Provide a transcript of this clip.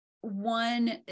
one